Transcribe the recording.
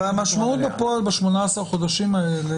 וב-18 החודשים האלה,